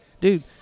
dude